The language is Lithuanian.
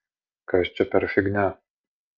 kas čia per fignia